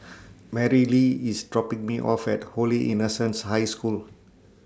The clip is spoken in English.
Merrilee IS dropping Me off At Holy Innocents' High School